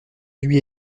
lui